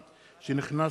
סוציאלי),